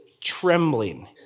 Trembling